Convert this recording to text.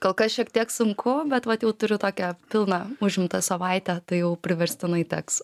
kol kas šiek tiek sunku bet vat jau turiu tokią pilną užimtą savaitę tai jau priverstinai teks